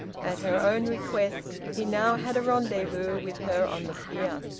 at her own request he now had a rendezvous with her on the pier!